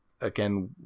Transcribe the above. again